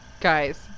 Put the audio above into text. Guys